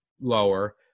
lower